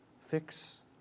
Fix